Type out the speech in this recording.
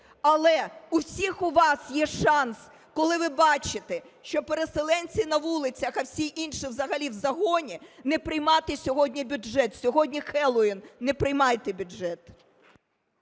Але у всіх у вас є шанс, коли ви бачите, що переселенці на вулицях, а всі інші взагалі в загоні, не приймати сьогодні бюджет. Сьогодні Хелловін. Не приймайте бюджет.